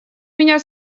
меня